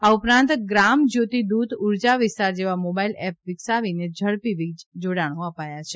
આ ઉપરાંત ગ્રામ જયોતિ દૃત ઉર્જા વિસ્તાર જેવા મોબાઈલ એપ વિકસાવીને ઝડપી વીજ જાડાણો અપાયા છે